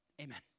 amen